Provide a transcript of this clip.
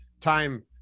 time